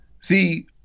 See